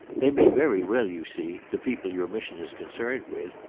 they may very well, you see, the people your mission is concerned with,